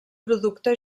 producte